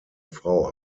frau